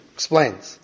Explains